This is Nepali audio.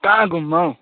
कहाँ घुम हो